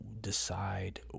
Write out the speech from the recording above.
decide